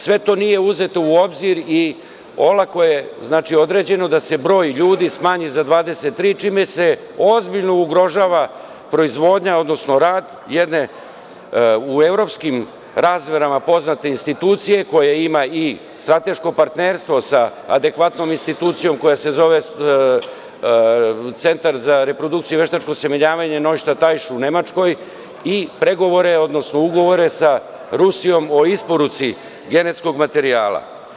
Sve to nije uzeto u obzir i olako je određeno da se broj ljudi smanji za 23 čime se ozbiljno ugrožava proizvodnja, odnosno rad jedne u evropskim razmerama poznate institucije koja ima strateško partnerstvo sa adekvatnom institucijom koja se zove „Centar za reprodukciju i veštačko osemenjavanje u Nemačkoj“ i pregovore, odnosno ugovore sa Rusijom o isporuci genetskog materijala.